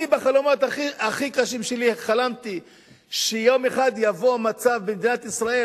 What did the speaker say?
אני בחלומות הכי קשים שלי חלמתי שיום אחד יבוא מצב במדינת ישראל